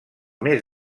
més